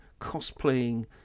cosplaying